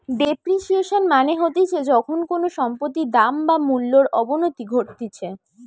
depreciation মানে হতিছে যখন কোনো সম্পত্তির দাম বা মূল্যর অবনতি ঘটতিছে